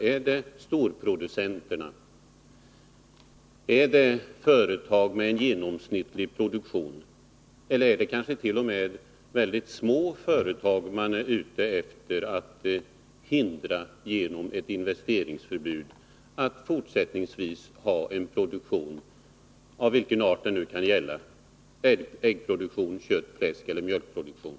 Är det storproducenterna, är det företag med en normalproduktion eller är det kanske t.o.m. mycket små företag man är ute efter, när man genom ett investeringsförbud vill förhindra dem att fortsättningsvis bedriva produktion av den art det kan vara fråga om — det må gälla ägg-, kött-, fläskeller mjölkproduktion?